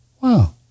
Wow